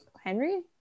Henry